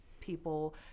people